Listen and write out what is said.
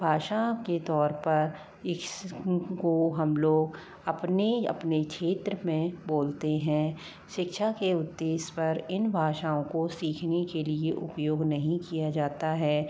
भाषा के तौर पर इस को हम लोग अपने अपने क्षेत्र में बोलते हैं शिक्षा के उद्देश्य पर इन भाषाओं को सीखने के लिए उपयोग नहीं किया जाता है